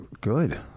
Good